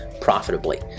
profitably